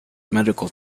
medical